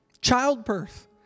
childbirth